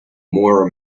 more